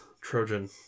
trojan